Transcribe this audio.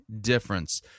difference